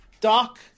Doc